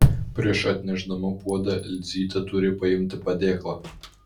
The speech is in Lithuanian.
prieš atnešdama puodą elzytė turi paimti padėklą